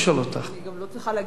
אני גם לא צריכה להגיד לך קודם.